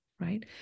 right